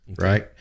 Right